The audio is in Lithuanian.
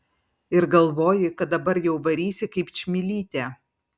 ir galvoji kad dabar jau varysi kaip čmilytė